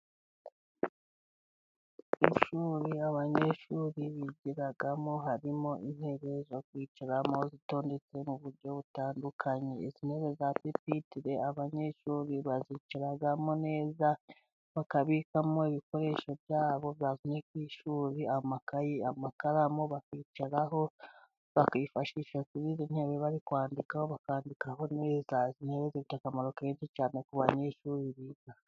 Amashuri abanyeshuri bibigiramo harimo intebe zo kwicaramo zitondetse mu buryo butandukanye za pipitire abanyeshuri bazicamo neza bakabikamo ibikoresho byabo bazanye ku ishuri:amakayi ,amakaramu ,bakicaraho bakifashisha ku yindi ntebe bari kwandikaho ,bakandikaho neza .Intebe zifite akamaro keza cyane ku banyeshuri biga.